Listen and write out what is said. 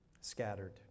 scattered